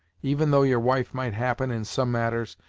even though your wife might happen, in some matters,